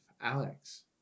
Alex